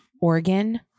organ